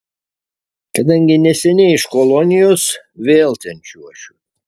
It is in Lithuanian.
kadangi neseniai iš kolonijos vėl ten čiuošiu